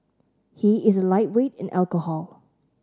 he is a lightweight in alcohol